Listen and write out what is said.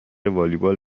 والیبال